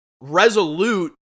resolute